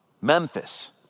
Memphis